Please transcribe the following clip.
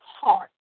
heart